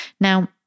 Now